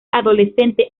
adolescente